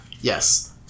Yes